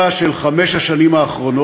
ראש הממשלה, שרים, חברי הכנסת,